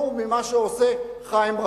אז סליחה, חזרתי בי.